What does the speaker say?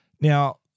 Now